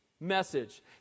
Message